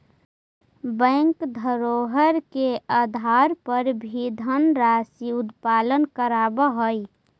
bank धरोहर के आधार पर भी धनराशि उपलब्ध करावऽ हइ